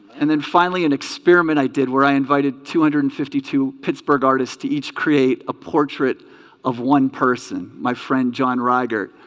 and then finally an experiment i did where i invited two hundred and fifty to pittsburgh artists to each create a portrait of one person my john rygart